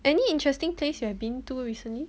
any interesting place you have been to recently